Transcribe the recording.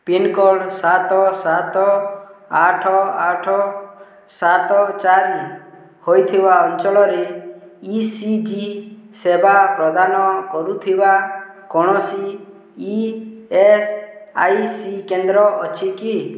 pin code ସାତ ସାତ ଆଠ ଆଠ ସାତ ଚାରି ହୋଇଥିବା ଅଞ୍ଚଳରେ ଇ ସି ଜି ସେବା ପ୍ରଦାନ କରୁଥିବା କୌଣସି ଇ ଏସ୍ ଆଇ ସି କେନ୍ଦ୍ର ଅଛି କି